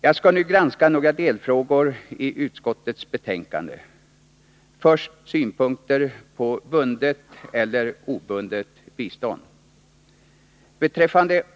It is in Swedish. Jag skall nu granska några delfrågor i utskottets betänkande. Först synpunkter på bundet eller obundet bistånd.